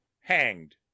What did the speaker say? hanged